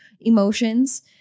emotions